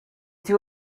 two